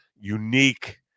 unique